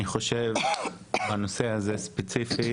אני חושב שבנושא הזה ספציפית,